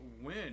win